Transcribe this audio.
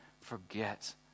forget